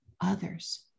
others